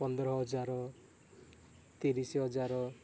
ପନ୍ଦର ହଜାର ତିରିଶ ହଜାର